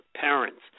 parents